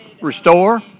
restore